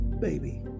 baby